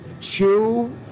chew